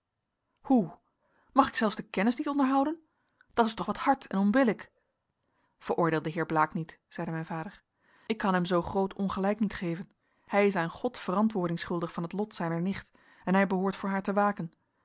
hoe mag ik zelfs de kennis niet onderhouden dat is toch wat hard en onbillijk veroordeel den heer blaek niet zeide mijn vader ik kan hem zoo groot ongelijk niet geven hij is aan god verantwoording schuldig van het lot zijner nicht en hij behoort voor haar te waken